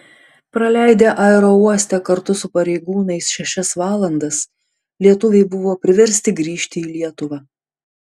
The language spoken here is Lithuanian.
praleidę aerouoste kartu su pareigūnais šešias valandas lietuviai buvo priversti grįžti į lietuvą